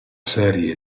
serie